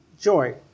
joy